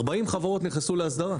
40 חברות נכנסו להסדרה.